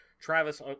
Travis